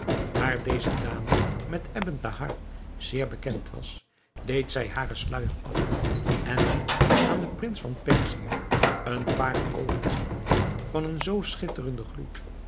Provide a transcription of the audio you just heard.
daar deze dame met ebn thahar zeer bekend was deed zij haren sluijer af en liet aan den prins van perzië een paar oogen zien van een zoo schitterenden gloed